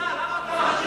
צא מהקופסה.